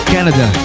Canada